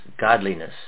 godliness